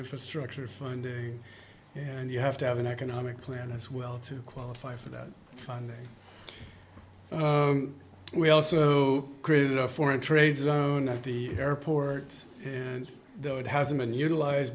infrastructure funding and you have to have an economic plan as well to qualify for that funding we also created a foreign trade zone at the airport and though it hasn't been utilize